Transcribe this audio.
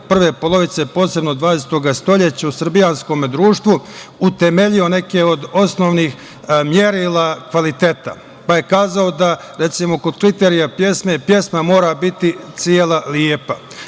prve polovice posebno 20. stoleća u srbijanskom društvu utemeljio neke od osnovnih merila kvaliteta, pa je kazao da, recimo, kod kriterija pesme, pesme mora biti cela lepa,